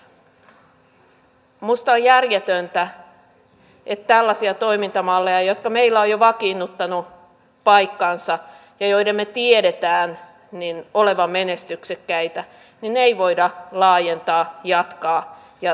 minusta on järjetöntä että tällaisia toimintamalleja jotka meillä ovat vakiinnuttaneet paikkansa ja joiden me tiedämme olevan menestyksekkäitä ei voida laajentaa jatkaa ja toteuttaa paremmin